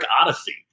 odyssey